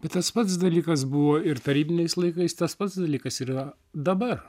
bet tas pats dalykas buvo ir tarybiniais laikais tas pats dalykas ir yra dabar